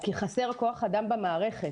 כי חסר כוח אדם במערכת,